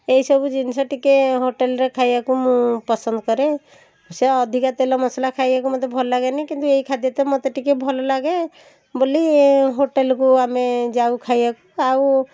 ଏହି ସବୁ ଜିନିଷ ଟିକେ ହୋଟେଲରେ ଖାଇବାକୁ ମୁଁ ପସନ୍ଦ କରେ ସେ ଅଧିକା ତେଲ ମସଲା ଖାଇବାକୁ ମୋତେ ଭଲ ଲାଗେନି କିନ୍ତୁ ଏହି ଖାଦ୍ୟ ମୋତେ ତ ଟିକେ ଭଲ ଲାଗେ ବୋଲି ହୋଟେଲକୁ ଆମେ ଯାଉ ଖାଇବାକୁ ଆଉ